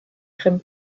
grimm